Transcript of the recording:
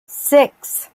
six